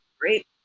great